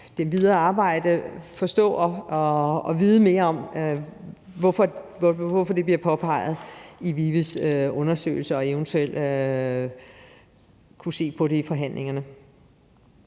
det videre arbejde forstå og vide mere om, hvorfor det bliver påpeget i VIVE's undersøgelse, og eventuelt kunne se på det i forhandlingerne.